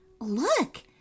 Look